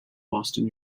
boston